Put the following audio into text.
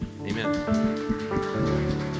Amen